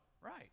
Right